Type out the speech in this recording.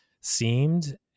seemed